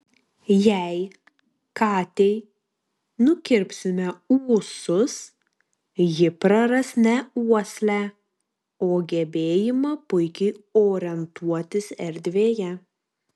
jei katei nukirpsime ūsus ji praras ne uoslę o gebėjimą puikiai orientuotis erdvėje